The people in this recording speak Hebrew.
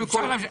כל,